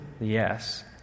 yes